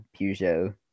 Peugeot